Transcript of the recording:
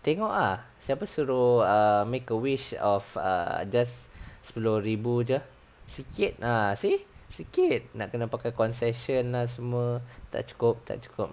tengok ah siapa suruh err make a wish of err just sepuluh ribu jer sikit ah see sikit nak kena pakai transportation lah semua tak cukup tak cukup